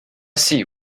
see